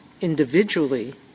individually